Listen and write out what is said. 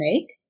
make